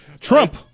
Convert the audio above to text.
Trump